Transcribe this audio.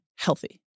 healthy